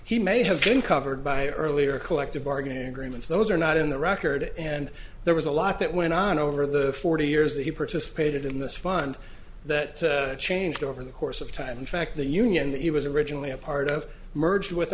he may have been covered by earlier collective bargaining agreements that those are not in the record and there was a lot that went on over the forty years that he participated in this fund that changed over the course of time in fact the union that he was originally a part of merged with